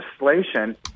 legislation